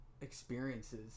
experiences